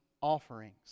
offerings